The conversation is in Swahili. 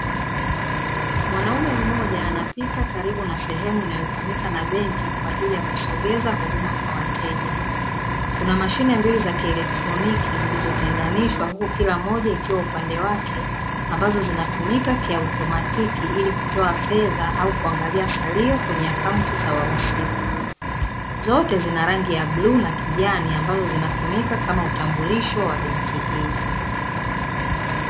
Mwanaume mmoja anapita karibu na sehemu inayotumika na benki kwaajili ya kusogeza huduma kwa wateja, kuna mashine mbili za kielekroniki zilizotenganishwa kila mmoja ikiwa upande wake, ambazo zinatumika kiotomatiki ili kutoa fedha au kungalia salio kwenye akaunti za wahusika. Zote zina rangi ya bluu na kijani ambao zinatumika kama utambulisho wa benki hii.